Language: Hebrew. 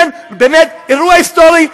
כן, באמת, אירוע היסטורי.